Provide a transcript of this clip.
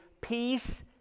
peace